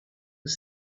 was